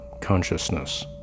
consciousness